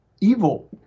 Evil